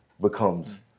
becomes